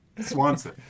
Swanson